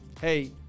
Hey